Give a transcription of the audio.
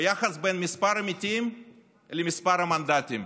וביחס בין מספר המתים למספר המנדטים.